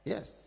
Yes